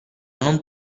non